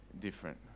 different